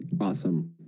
awesome